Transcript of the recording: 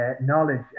knowledge